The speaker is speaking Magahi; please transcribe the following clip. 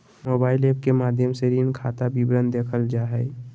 मोबाइल एप्प के माध्यम से ऋण खाता विवरण देखल जा हय